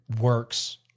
works